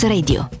Radio